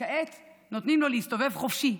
כעת נותנים לו להסתובב חופשי,